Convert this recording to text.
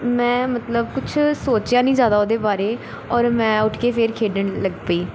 ਮੈਂ ਮਤਲਬ ਕੁਝ ਸੋਚਿਆ ਨਹੀਂ ਜ਼ਿਆਦਾ ਉਹਦੇ ਬਾਰੇ ਔਰ ਮੈਂ ਉੱਠ ਕੇ ਫੇਰ ਖੇਡਣ ਲੱਗ ਪਈ